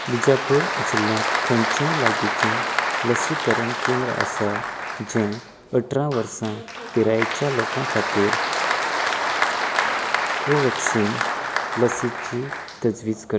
बीजापूर जिल्ल्यांत खंयचेंय लागींचें लसीकरण केंद्र आसा जें अठरा वर्सां पिरायेच्या लोकां खातीर कोव्हॅक्सिन लसीची तजवीज करता